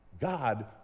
God